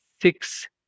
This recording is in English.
six